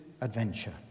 adventure